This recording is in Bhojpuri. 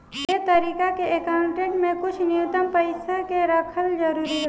ए तरीका के अकाउंट में कुछ न्यूनतम पइसा के रखल जरूरी हवे